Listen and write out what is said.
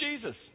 Jesus